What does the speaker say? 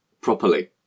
properly